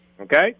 Okay